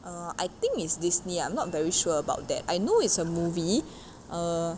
err I think it's disney I'm not very sure about that I know it's a movie err